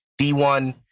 D1